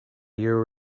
your